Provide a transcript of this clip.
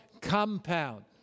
compound